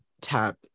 tap